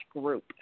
group